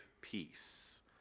peace